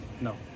no